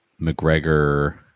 McGregor